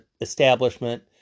establishment